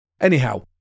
Anyhow